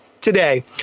today